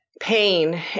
pain